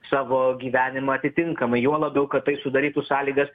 savo gyvenimą atitinkamai juo labiau kad tai sudarytų sąlygas